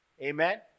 amen